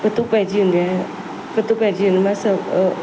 पतो पइजी वेंदी आहे पतो पइजी वेंदो मां सभु अ